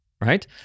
right